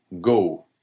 go